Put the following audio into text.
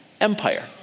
Empire